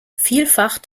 vielfach